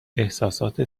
احساسات